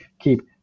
keep